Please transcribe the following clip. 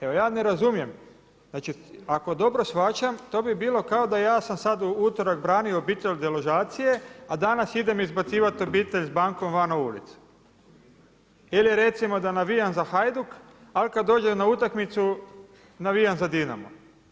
Evo ja ne razumijem, ako dobro shvaćam to bi bilo kao da ja sam sada u utorak branio obitelj deložacije, a danas idem izbacivati obitelj … van na ulicu ili recimo da navijam za Hajduk, ali kada dođem na utakmicu navijam za Dinamo.